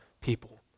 people